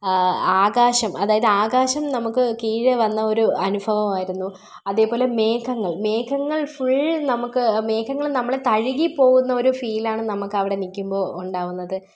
ആകാശം അതായത് ആകാശം നമുക്ക് കീഴെ വന്ന ഒരു അനുഭവമായിരുന്നു അതേപോലെ മേഘങ്ങൾ മേഘങ്ങൾ ഫുൾ നമുക്ക് മേഘങ്ങൾ നമ്മളെ തഴുകി പോകുന്നൊരു ഫീൽ ആണ് നമുക്കവിടെ നിൽക്കുമ്പോൾ ഉണ്ടാവുന്നത്